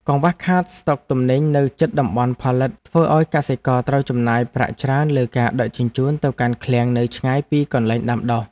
កង្វះខាតឃ្លាំងស្តុកទំនិញនៅជិតតំបន់ផលិតធ្វើឱ្យកសិករត្រូវចំណាយប្រាក់ច្រើនលើការដឹកជញ្ជូនទៅកាន់ឃ្លាំងនៅឆ្ងាយពីកន្លែងដាំដុះ។